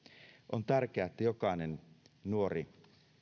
on tärkeää että jokainen nuori